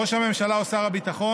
ראש הממשלה או שר הביטחון,